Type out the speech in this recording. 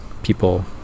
people